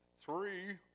three